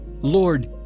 Lord